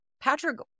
Patrick